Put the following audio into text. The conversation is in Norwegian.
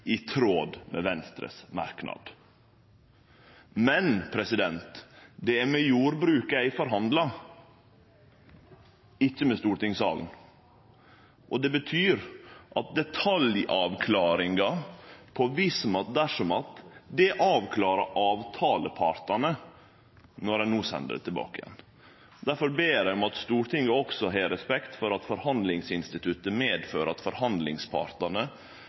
i tråd med Venstres merknad. Men det er med jordbruket eg forhandlar, ikkje med stortingssalen. Det betyr at detaljar om «viss om at, dersom at» avklarar avtalepartane når ein no sender det tilbake. Difor ber eg om at Stortinget òg har respekt for at forhandlingsinstituttet medfører at forhandlingspartane